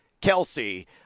Kelsey